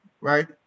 right